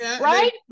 right